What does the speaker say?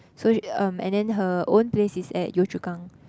so sh~ um and then her own place is at Yio-Chu-Kang